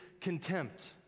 contempt